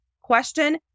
question